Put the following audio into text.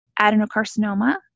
adenocarcinoma